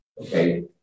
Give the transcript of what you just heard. okay